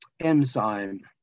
enzyme